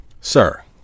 Sir